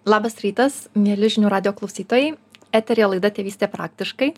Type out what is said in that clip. labas rytas mieli žinių radijo klausytojai eteryje laida tėvystė praktiškai